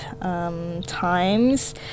Times